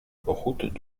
route